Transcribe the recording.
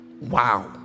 Wow